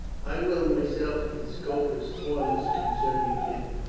i will myself give scopus orders concerning him.